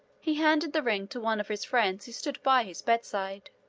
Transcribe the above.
he handed the ring to one of his friends who stood by his bed-side.